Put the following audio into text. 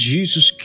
Jesus